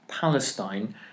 Palestine